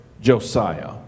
Josiah